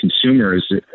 consumers